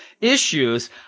Issues